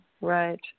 Right